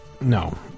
No